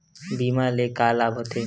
बीमा ले का लाभ होथे?